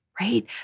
right